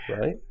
right